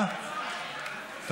בוועדת הפנים.